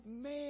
man